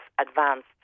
advanced